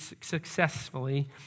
successfully